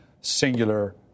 singular